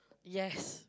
yes